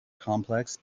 complex